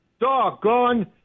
doggone